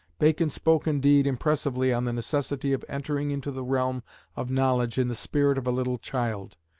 bacon spoke, indeed, impressively on the necessity of entering into the realm of knowledge in the spirit of a little child.